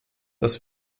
das